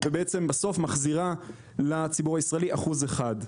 ובעצם בסוף מחזירה לציבור הישראלי אחוז אחד.